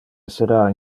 essera